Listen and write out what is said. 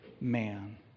man